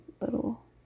little